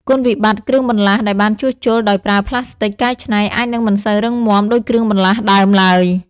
គុណវិបត្តិគ្រឿងបន្លាស់ដែលបានជួសជុលដោយប្រើផ្លាស្ទិកកែច្នៃអាចនឹងមិនសូវរឹងមាំដូចគ្រឿងបន្លាស់ដើមឡើយ។